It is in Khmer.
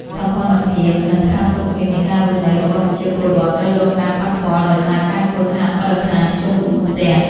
សោភ័ណភាព និងផាសុកភាពនៃការរស់នៅរបស់ប្រជាពលរដ្ឋត្រូវរងការប៉ះពាល់ដោយសារការខូចខាតបរិស្ថានជុំវិញផ្ទះ។